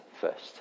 first